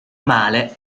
male